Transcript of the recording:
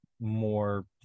more